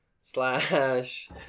Slash